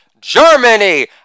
Germany